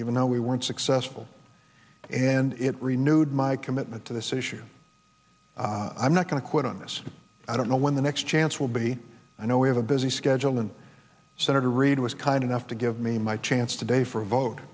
even though we weren't successful and it renewed my commitment to this issue i'm not going to quit on this i don't know when the next chance will be i know we have a busy schedule and senator reid was kind enough to give me my chance today for a vote